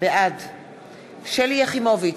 בעד שלי יחימוביץ,